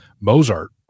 Mozart